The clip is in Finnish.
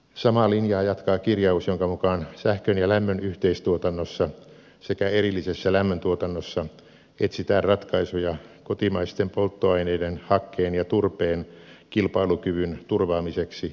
samaa linjaa jatkaa kirjaus jonka mukaan sähkön ja lämmön yhteistuotannossa sekä erillisessä lämmön tuotannossa etsitään ratkaisuja kotimaisten polttoaineiden hakkeen ja turpeen kilpailukyvyn turvaamiseksi suhteessa kivihiileen